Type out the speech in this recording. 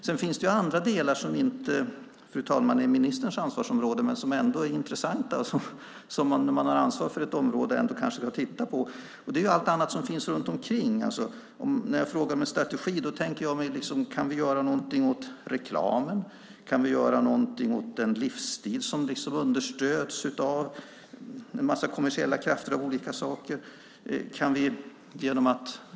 Det finns andra delar, som inte är ministerns ansvarsområde men som ändå är intressanta. När man har ansvar för ett område kanske man ändå bör titta på dem. Det gäller allt annat som finns runt omkring. När jag frågar om en strategi tänker jag mig att vi kanske kan göra någonting åt reklamen. Kan vi göra någonting åt den livsstil som understöds av en massa kommersiella krafter av olika slag?